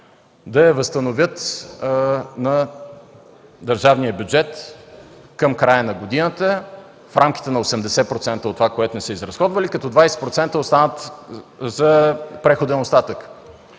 да я възстановят на държавния бюджет към края на годината – в рамките на 80% от това, което не са изразходвали, като 20% останат за преходен остатък.